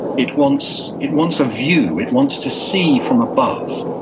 it wants it wants a view, it wants to see from above.